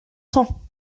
temps